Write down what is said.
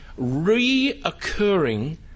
reoccurring